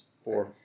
four